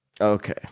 okay